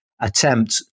attempt